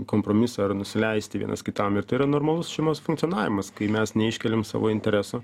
kompromisą ar nusileisti vienas kitam ir tai yra normalus šeimos funkcionavimas kai mes neiškeliam savo intereso